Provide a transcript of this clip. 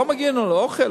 לא מגיע לנו אוכל?